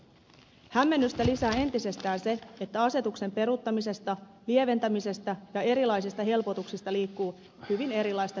hämmennystä lisää entisestään se että asetuksen peruuttamisesta lieventämisestä ja erilaisista helpotuksista liikkuu hyvin erilaista tietoa maakunnassa